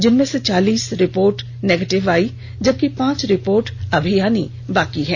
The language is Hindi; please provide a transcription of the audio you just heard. जिनमें से चालीस रिपोर्ट निगेटिव आई है जबकि पांच रिपोर्ट अभी आनी बाकी है